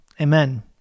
Amen